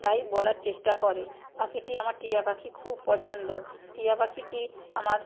তাই বলার চেষ্টা করে পাখিটি আমার টিয়া পাখি খুব পছন্দ টিয়া পাখিটি আমার